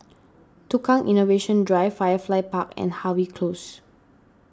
Tukang Innovation Drive Firefly Park and Harvey Close